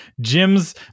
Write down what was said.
Jim's